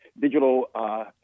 digital